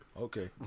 okay